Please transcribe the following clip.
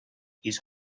his